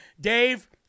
Dave